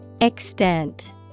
Extent